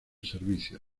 servicios